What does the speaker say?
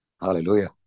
Hallelujah